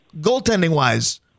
Goaltending-wise